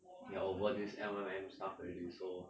we are over this L_M_M stuff already so